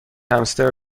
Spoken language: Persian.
همستر